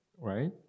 right